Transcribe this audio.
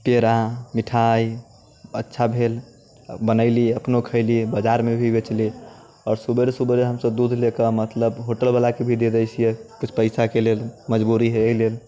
पेड़ा मिठाइ अच्छा भेल बनेली अपनो खइली बजारमे भी बेचली आओर सवेरे सवेरे हमसब दूध लेके मतलब होटलवला के भी दे दै छी किछु पैसाके लेल मजबूरी हय अइ लेल